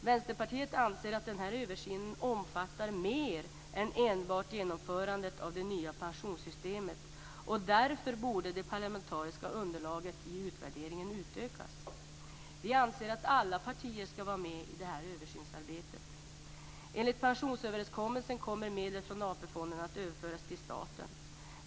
Vänsterpartiet anser att översynen omfattar mer än enbart genomförandet av det nya pensionssystemet, och därför borde det parlamentariska underlaget i utvärderingen utökas. Vi anser att alla partier skall vara med i översynsarbetet. Enligt pensionsöverenskommelsen kommer medel från AP-fonderna att överföras till staten.